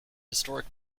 historic